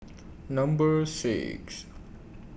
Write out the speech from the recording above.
Number six